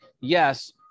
yes